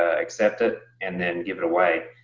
ah accept it, and then give it away.